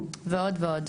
ועוד ועוד.